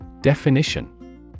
Definition